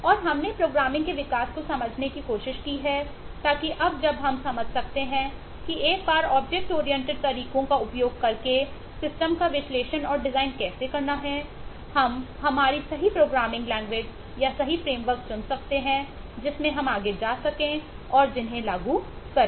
और हमने प्रोग्रामिंग के विकास को समझने की कोशिश की है ताकि अब जब हम समझ सकते हैं की एक बार ऑब्जेक्ट ओरिएंटेड चुनें जिसमें हम आगे जा सकें और उन्हें लागू करें